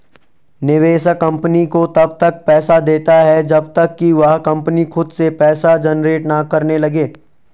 निवेशक कंपनी को तब तक पैसा देता है जब तक कि वह कंपनी खुद से पैसा जनरेट ना करने लगे